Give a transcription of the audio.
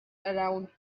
around